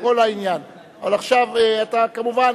אבל עכשיו, אתה, כמובן,